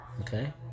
Okay